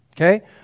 Okay